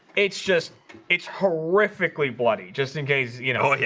it's just it's horrific lee bloody. just in case you know yeah,